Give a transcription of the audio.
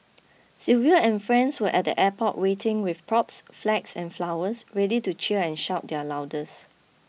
Sylvia and friends were at the airport waiting with props flags and flowers ready to cheer and shout their loudest